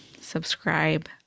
subscribe